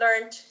learned